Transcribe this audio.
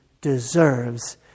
deserves